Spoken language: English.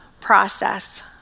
process